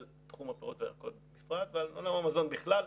על תחום הירקות והפירות ועל המזון בכלל,